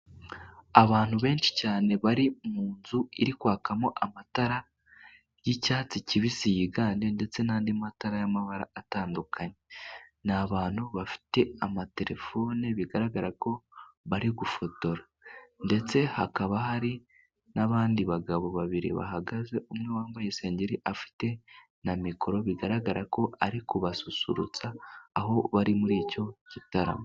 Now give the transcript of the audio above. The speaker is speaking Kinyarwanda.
Abantu benshi cyane bari mu nzu iri kwakamo amatara y'icyatsi kibisi yiganje, ndetse n'andi matara y'amabara atandukanye. Ni abantu bafite amaterefone bigaragara ko bari gufotora, ndetse hakaba hari n'abandi bagabo babiri bahagaze, umwe wambaye isengeri afite na mikoro, bigaragara ko ari kubasusurutsa aho bari muri icyo gitaramo.